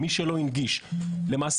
למעשה